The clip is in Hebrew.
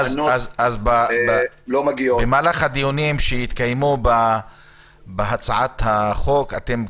אז במהלך הדיונים שיתקיימו בהצעת החוק אתם,